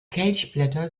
kelchblätter